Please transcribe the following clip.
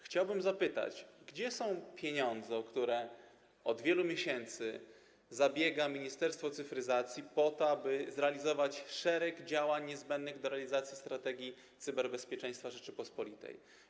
Chciałbym zapytać: Gdzie są pieniądze, o które od wielu miesięcy zabiega Ministerstwo Cyfryzacji, aby zrealizować szereg działań niezbędnych do realizacji Strategii Cyberbezpieczeństwa Rzeczypospolitej?